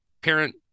parent